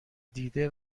دیده